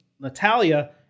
Natalia